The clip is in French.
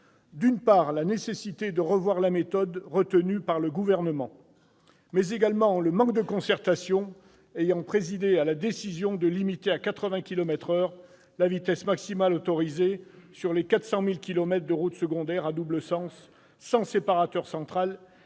d'une part, la nécessité de revoir la méthode retenue par le Gouvernement ; d'autre part, le manque de concertation ayant présidé à la décision de limiter à 80 kilomètres par heure la vitesse maximale autorisée sur les 400 000 kilomètres de routes secondaires à double sens sans séparateur central,